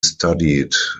studied